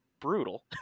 brutal